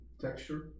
texture